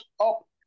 up